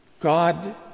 God